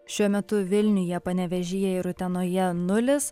šiuo metu vilniuje panevėžyje ir utenoje nulis